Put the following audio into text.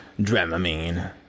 Dramamine